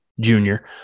junior